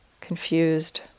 confused